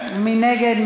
מי נגד?